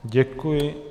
Děkuji.